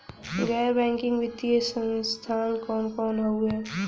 गैर बैकिंग वित्तीय संस्थान कौन कौन हउवे?